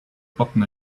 button